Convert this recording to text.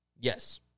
Yes